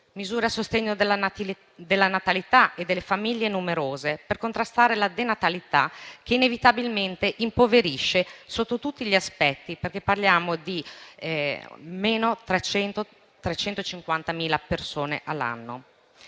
misure a sostegno della natalità e delle famiglie numerose per contrastare la denatalità che inevitabilmente impoverisce sotto tutti gli aspetti, perché parliamo di 350.000 persone in meno